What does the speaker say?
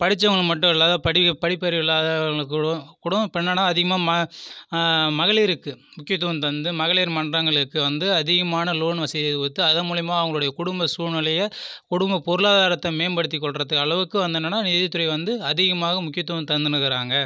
படித்தவங்க மட்டும் இல்லாம படிக்க படிப்பறிவு இல்லாதவங்களுக்கும் கூட இப்போ என்னென்னா அதிகமாக மகளிருக்கு முக்கியத்துவம் தந்து மகளிர் மன்றங்களுக்கு வந்து அதிகமான லோன் வசதி ஒத்து அது மூலிமா அவங்களுடைய குடும்ப சூழ்நிலையை குடும்ப பொருளாதாரத்தை மேம்படுத்தி கொள்கிறது அளவுக்கு வந்து என்னென்னா நிதித்துறை வந்து அதிகமாக முக்கியத்துவம் தந்துன்னு இருக்கிறாங்க